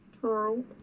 True